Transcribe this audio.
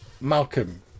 Malcolm